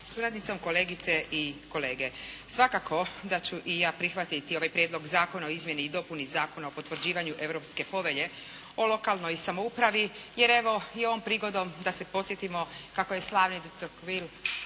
suradnicom, kolegice i kolege. Svakako da ću i ja prihvatiti ovaj Prijedlog zakona o izmjeni i dopuni Zakona o potvrđivanju Europske povelje o lokalnoj samoupravi jer evo i ovom prigodom da se podsjetimo kako je slavni doktor